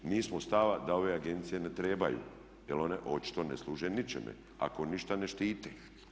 Mi smo stava da ove agencije ne trebaju jer one očito ne služe ničemu ako ništa ne štite.